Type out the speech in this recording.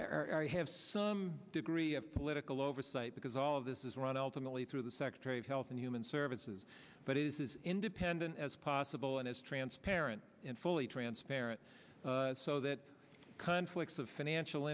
are here have some degree of political oversight because all of this is run eltham only through the secretary of health and human services but it is independent as possible and as transparent and fully transparent so that conflicts of financial